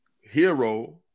Hero